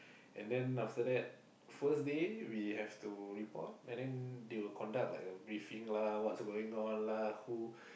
and then after that first day we have to report and then they will conduct like a briefing lah what's going on lah who